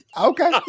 Okay